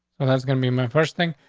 so that's gonna be my first thing.